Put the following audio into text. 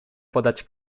podać